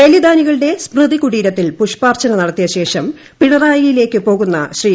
ബലിദാനികളുടെ സ്മൃതി കുടീരത്തിൽ പുഷ്പാർച്ചന നടത്തിയ ശേഷം പിണറായിയിലേക്ക് പോകുന്ന ശ്രീ